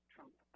Trump